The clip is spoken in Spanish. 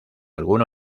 alguno